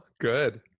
Good